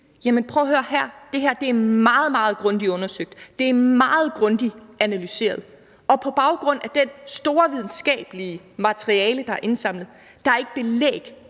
er meget, meget grundigt undersøgt, det er meget grundigt analyseret, og på baggrund af det store videnskabelige materiale, der er indsamlet, er der ikke belæg